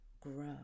grow